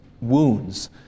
wounds